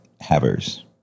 havers